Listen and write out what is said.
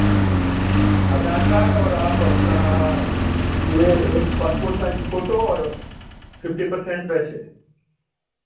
आधार card और आप अपना यह एक पासपोर्ट साइज फोटो और अप फिफ्टी परसेंट पैसे